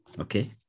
Okay